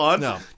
No